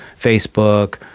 Facebook